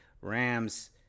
rams